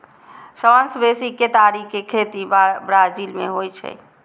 सबसं बेसी केतारी के खेती ब्राजील मे होइ छै